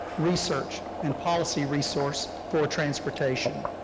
research, and policy resource for transportation.